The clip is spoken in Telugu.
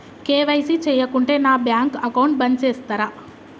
కే.వై.సీ చేయకుంటే నా బ్యాంక్ అకౌంట్ బంద్ చేస్తరా?